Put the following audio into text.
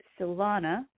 Silvana